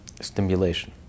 stimulation